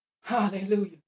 Hallelujah